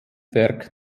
werk